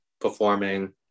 performing